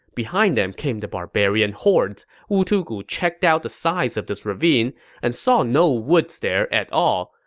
behind them came the barbarian hordes. wu tugu checked out the sides of this ravine and saw no woods there at all,